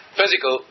physical